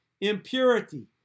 impurity